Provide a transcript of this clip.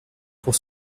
pour